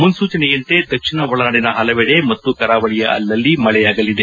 ಮುನ್ಲೂಚನೆಯಂತೆ ದಕ್ಷಿಣ ಒಳನಾಡಿನ ಹಲವೆಡೆ ಮತ್ತು ಕರಾವಳಿಯ ಅಲ್ಲಳ್ಲಿ ಮಳೆಯಾಗಲಿದೆ